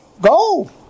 go